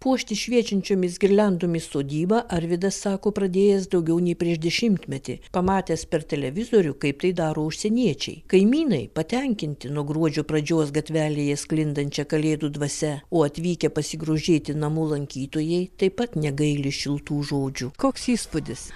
puošti šviečiančiomis girliandomis sodybą arvydas sako pradėjęs daugiau nei prieš dešimtmetį pamatęs per televizorių kaip tai daro užsieniečiai kaimynai patenkinti nuo gruodžio pradžios gatvelėje sklindančia kalėdų dvasia o atvykę pasigrožėti namu lankytojai taip pat negaili šiltų žodžių koks įspūdis